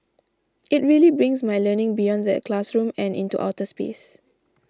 it really brings my learning beyond the classroom and into outer space